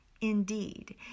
Indeed